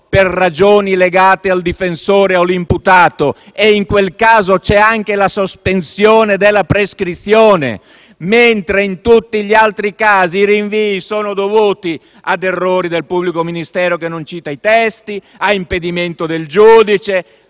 per ragioni legate al difensore e all'imputato, e in quel caso c'è anche la sospensione della prescrizione, mentre in tutti gli altri casi i rinvii sono dovuti ad errori del pubblico ministero che non cita i testi, a impedimento del giudice